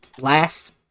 last